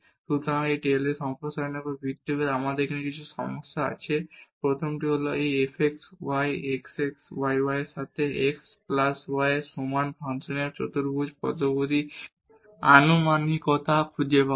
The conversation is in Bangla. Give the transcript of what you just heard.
সুতরাং এই টেইলরের সম্প্রসারণের উপর ভিত্তি করে আমাদের এখন কিছু সমস্যা আছে প্রথমটি হল এই fx y x x y y এর সাথে x প্লাস y এর সমান ফাংশনের দ্বিঘাত বহুপদী আনুমানিকতা খুঁজে পাওয়া